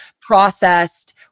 processed